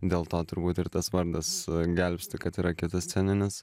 dėl to turbūt ir tas vardas gelbsti kad yra kitas sceninis